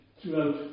throughout